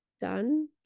done